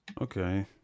Okay